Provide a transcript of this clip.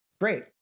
great